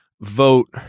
vote